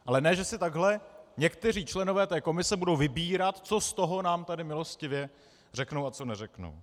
Ale ne že si takhle někteří členové komise budou vybírat, co z toho nám tady milostivě řeknou a co neřeknou.